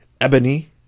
Ebony